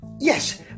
Yes